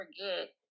forget